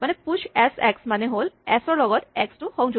মানে push S x টো হ'ল এপেন্ড এক্স টু এচ